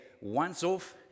once-off